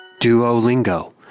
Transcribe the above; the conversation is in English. Duolingo